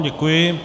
Děkuji.